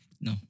No